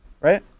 Right